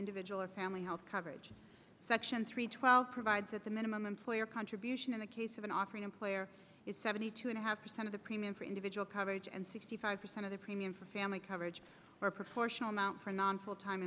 individual or family health coverage section three twelve provides at the minimum employer contribution in the case of an offering employer is seventy two and a half percent of the premium for individual coverage and sixty five percent of the premium for family coverage or proportional amount for non full time